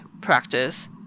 practice